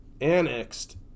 annexed